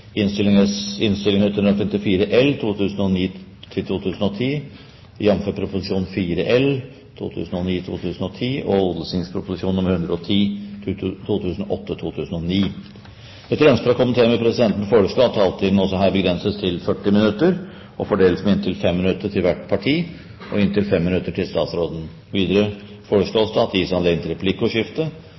Etter ønske fra justiskomiteen vil presidenten foreslå at taletiden også her begrenses til 40 minutter og fordeles med inntil 5 minutter til hvert parti, og inntil 5 minutter til statsråden. Videre foreslås det at det gis anledning til replikkordskifte